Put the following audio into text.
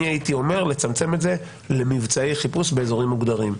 אני הייתי אומר לצמצם את זה למבצעי חיפוש באזורים מוגדרים.